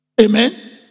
Amen